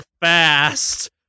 fast